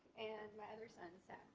and my other son said.